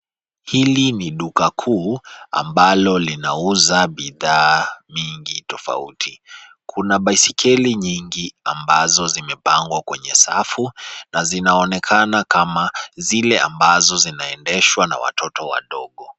Hili ni duka kuu ambalo linauza bidhaa mingi tofauti. Kuna baiskeli nyingi ambazo zimepangwa kwenye safu na zinaonekana kama zile ambazo zinaendeshwa na watoto wadogo.